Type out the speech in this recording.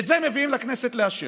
את זה מביאים לכנסת לאשר.